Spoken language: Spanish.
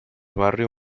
barrio